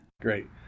Great